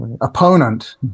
opponent